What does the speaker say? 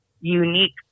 unique